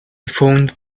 phoned